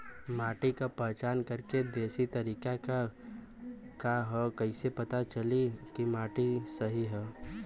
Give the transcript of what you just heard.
माटी क पहचान करके देशी तरीका का ह कईसे पता चली कि माटी सही ह?